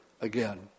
again